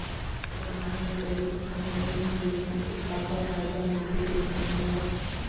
परधानमंतरी किसान मन धन योजना के का का फायदा मिलथे किसान मन ला?